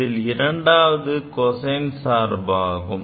இதில் இரண்டாவது cosine சார்பாகும்